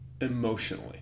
emotionally